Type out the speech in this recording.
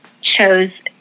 chose